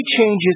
changes